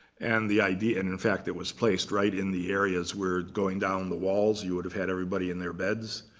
and the idea and in fact, it was placed right in the areas where going down the walls, you would have had everybody in their beds.